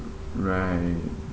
right